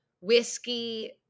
whiskey